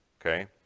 Okay